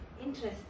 Interesting